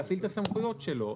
להפעיל את הסמכויות שלו.